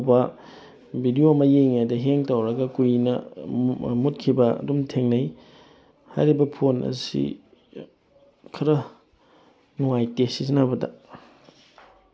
ꯑꯗꯨꯗꯒꯤ ꯍꯦꯡ ꯇꯧꯕ ꯕꯤꯗꯤꯑꯣ ꯑꯃ ꯌꯦꯡꯉꯤꯉꯩꯗ ꯍꯦꯡ ꯇꯧꯔꯒ ꯀꯨꯏꯅ ꯃꯨꯠꯈꯤꯕ ꯑꯗꯨꯝ ꯊꯦꯡꯅꯩ ꯍꯥꯏꯔꯤꯕ ꯐꯣꯟ ꯑꯁꯤ ꯈꯔ ꯅꯨꯡꯉꯥꯏꯇꯦ ꯁꯤꯖꯤꯟꯅꯕꯗ